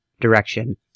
direction